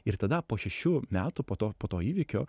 ir tada po šešių metų po to po to įvykio